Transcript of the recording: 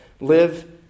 Live